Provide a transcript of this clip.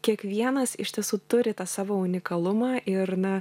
kiekvienas iš tiesų turi tą savo unikalumą ir na